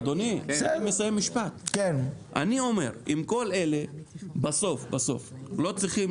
אני אומר שאם כל אלה בסוף בסוף לא צריכים